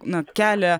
na kelia